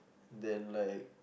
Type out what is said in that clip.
then like